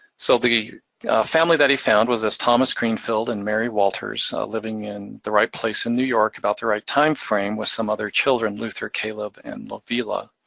so the family that he found was thomas greenfield and mary walters living in the right place in new york, about the right timeframe with some other children luther, caleb, and lovilla.